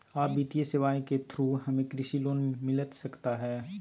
आ वित्तीय सेवाएं के थ्रू हमें कृषि लोन मिलता सकता है?